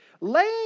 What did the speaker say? laying